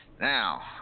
Now